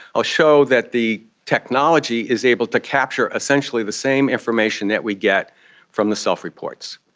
i'll show that the technology is able to capture essentially the same information that we get from the self-reports.